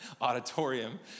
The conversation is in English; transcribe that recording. auditorium